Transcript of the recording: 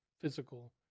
physical